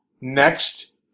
Next